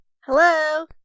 Hello